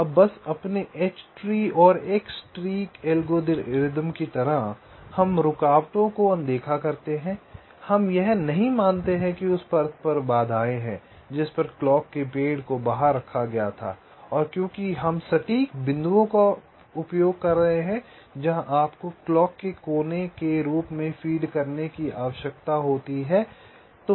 अब बस अपने एच ट्री और एक्स ट्री एल्गोरिदम की तरह हम रुकावटों को अनदेखा करते हैं हम यह नहीं मानते हैं कि उस परत पर बाधाएं हैं जिस पर क्लॉक के पेड़ को बाहर रखा गया था और क्योंकि हम सटीक बिंदुओं का उपयोग कर रहे हैं जहां आपको क्लॉक को कोने के रूप में फीड करने की आवश्यकता होती है